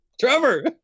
trevor